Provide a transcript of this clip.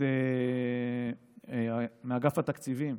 מאגף התקציבים,